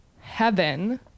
heaven